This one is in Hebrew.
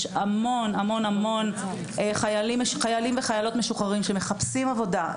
יש המון חיילים וחיילות משוחררים שמחפשים עבודה,